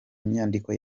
nyandiko